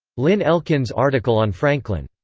lynne elkins' article on franklin.